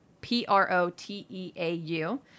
P-R-O-T-E-A-U